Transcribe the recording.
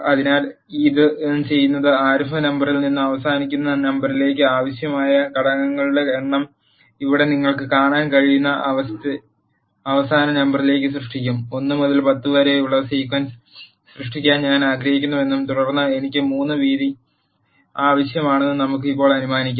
അതിനാൽ ഇത് ചെയ്യുന്നത് ആരംഭ നമ്പറിൽ നിന്ന് അവസാനിക്കുന്ന നമ്പറിലേക്ക് ആവശ്യമായ ഘടകങ്ങളുടെ എണ്ണം ഇവിടെ നിങ്ങൾക്ക് കാണാൻ കഴിയുന്ന അവസാന നമ്പറിലേക്ക് സൃഷ്ടിക്കും 1 മുതൽ 10 വരെ ഒരു സീക്വൻസ് സൃഷ്ടിക്കാൻ ഞാൻ ആഗ്രഹിക്കുന്നുവെന്നും തുടർന്ന് എനിക്ക് 3 വീതി ആവശ്യമാണെന്നും നമുക്ക് ഇപ്പോൾ അനുമാനിക്കാം